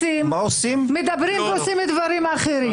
מדברים ועושים דברים אחרים.